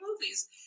movies